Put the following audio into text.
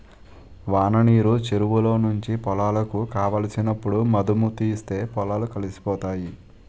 వాననీరు చెరువులో నుంచి పొలాలకు కావలసినప్పుడు మధుముతీస్తే పొలాలు కలిసిపోతాయి